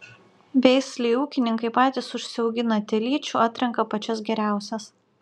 veislei ūkininkai patys užsiaugina telyčių atrenka pačias geriausias